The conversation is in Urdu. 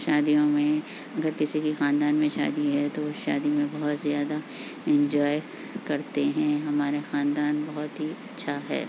شادیوں میں اگر کسی کی خاندان میں شادی ہے تو اس شادی میں بہت زیادہ انجوائے کرتے ہیں ہمارے خاندان بہت ہی اچھا ہے